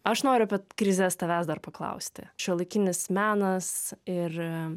aš noriu apie krizes tavęs dar paklausti šiuolaikinis menas ir